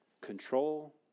control